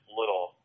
little